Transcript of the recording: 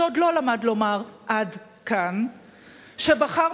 שעוד לא למד לומר "עד כאן"; שבחר,